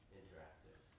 interactive